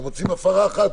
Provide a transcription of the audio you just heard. וכשמוצאים הפרה אחת,